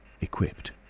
equipped